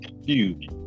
huge